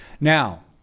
Now